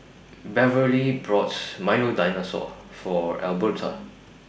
Beverley brought Milo Dinosaur For Alberta